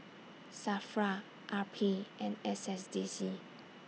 SAFRA R P and S S D C